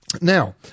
Now